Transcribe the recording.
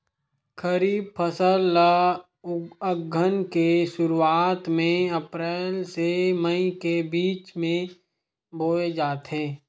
खरीफ फसल ला अघ्घन के शुरुआत में, अप्रेल से मई के बिच में बोए जाथे